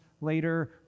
Later